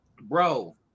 bro